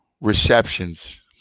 receptions